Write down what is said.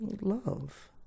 love